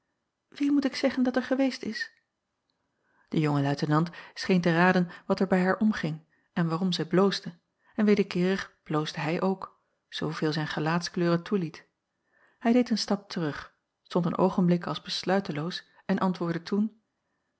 wie moet ik zeggen dat er geweest is de jonge luitenant scheen te raden wat er bij haar omging en waarom zij bloosde en wederkeerig bloosde hij ook zooveel zijn gelaatskleur het toeliet hij deed een stap terug stond een oogenblik als besluiteloos en antwoordde toen